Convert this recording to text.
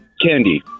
candy